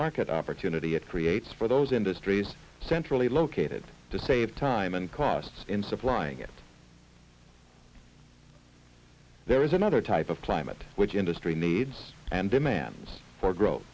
market opportunity it creates for those industries centrally located to save time and costs in supplying it there is another type of climate which industry needs and demands for growth